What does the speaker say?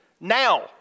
now